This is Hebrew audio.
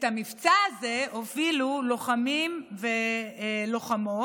את המבצע הזה הובילו לוחמים ולוחמות,